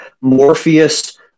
Morpheus